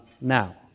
Now